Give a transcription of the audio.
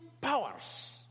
powers